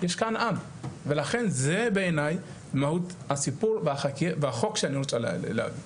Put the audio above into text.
יש כאן עם ולכן זה בעיניי מהות הסיפור והחוק שאני רוצה להעביר.